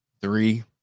Three